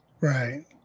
Right